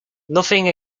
nothing